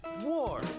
war